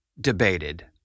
debated